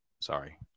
sorry